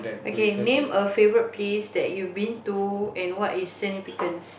okay name a favourite piece that you've been to and what is significance